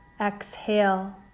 exhale